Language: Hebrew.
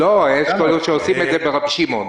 לא, יש כאלה שעושים את זה ברבי שמעון.